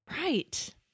right